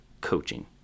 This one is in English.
coaching